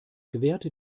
gewährte